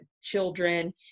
children